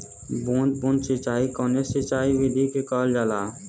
बूंद बूंद सिंचाई कवने सिंचाई विधि के कहल जाला?